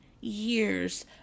years